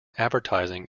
advertising